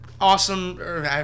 awesome